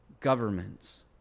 governments